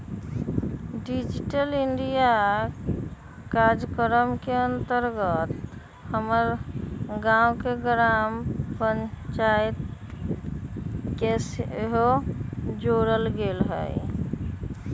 digital India काजक्रम के अंतर्गत हमर गाम के ग्राम पञ्चाइत के सेहो जोड़ल गेल हइ